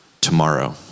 tomorrow